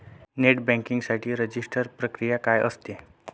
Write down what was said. Net banking साठी register प्रक्रिया काय असते?